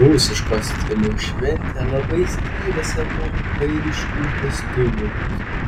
rusiško stiliaus šventė labai skyrėsi nuo airiškų vestuvių